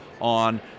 on